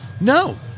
no